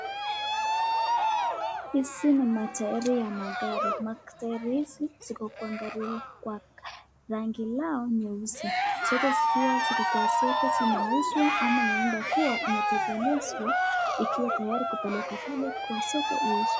Hizi ni matairi ya magari. Matairi hizi ziko kwangara na rangi lao nyeusi, zote zikiwa ziko kwa soko zinauzwa ama huenda ikawa imetengenezwa ikiwa tayari kupelekwa pale kwa soko iuzwe.